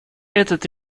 этот